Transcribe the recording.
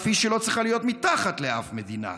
כפי שהיא לא צריכה להיות מתחת לאף מדינה.